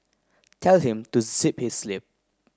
tell him to zip his lip